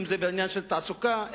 אם בעניין של תעסוקה,